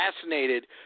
fascinated